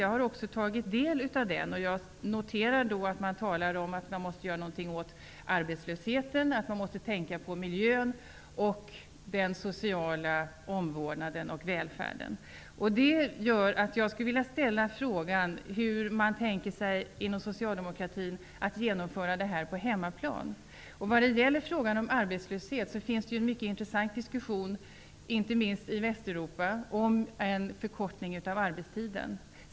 Jag har tagit del av den, och jag har noterat att det talas om att man måste göra någonting åt arbetslösheten och att man måste tänka på miljön och den sociala omvårdnaden och välfärden. Det gör att jag vill ställa frågan: Hur tänker man sig inom socialdemokratin att den här strategin kan genomföras på hemmaplan? Vad gäller frågan om arbetslöshet förs nu en mycket intressant diskussion, inte minst i Västeuropa, om en förkortning av arbetstiden.